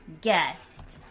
guest